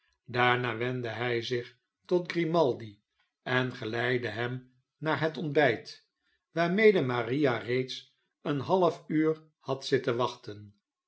daarna wendde h zich tot grimaldi en geleidde hem naar het ontbijt waarmede maria reeds een half uur had zitten wachten